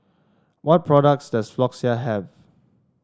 what products does Floxia have